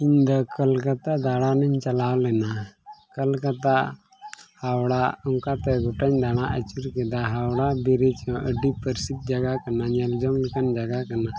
ᱤᱧᱫᱚ ᱠᱳᱞᱠᱟᱛᱟ ᱫᱟᱬᱟᱱᱤᱧ ᱪᱟᱞᱟᱣ ᱞᱮᱱᱟ ᱠᱳᱞᱠᱟᱛᱟ ᱦᱟᱣᱲᱟ ᱚᱱᱠᱟᱛᱮ ᱜᱚᱴᱟᱧ ᱫᱟᱬᱟ ᱟᱹᱪᱩᱨ ᱠᱮᱫᱟ ᱦᱟᱣᱲᱟ ᱵᱨᱤᱡᱽ ᱦᱚᱸ ᱟᱹᱰᱤ ᱯᱨᱚᱥᱤᱫᱷ ᱡᱟᱭᱜᱟ ᱠᱟᱱᱟ ᱧᱮᱞ ᱡᱚᱝ ᱞᱮᱠᱟᱱ ᱡᱟᱭᱜᱟ ᱠᱟᱱᱟ